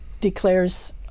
declares